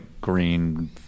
green